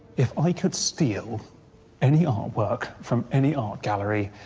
if i could steal any artwork from any art gallery,